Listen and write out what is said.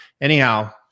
anyhow